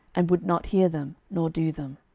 and would not hear them, nor do them.